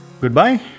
goodbye